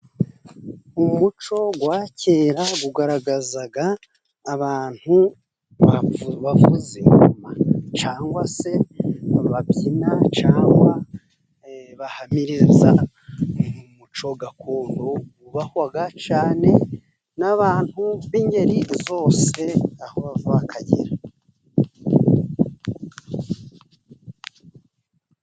Umuco wa kera ugaragaza abantu bavuza ingoma cyangwa se bababyina, cyane bahamiriza. Umuco gakondo wubahwa cyane n'abantu b'ingeri zose aho bava bakagera.